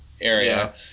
area